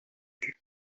vue